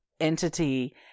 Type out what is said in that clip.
entity